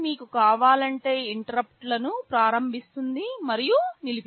ఇది మీకు కావాలంటే ఇంటరుప్పుట్లనుప్రారంభిస్తుంది మరియు నిలిపివేస్తుంది